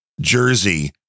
jersey